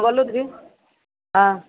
बोलू दीदी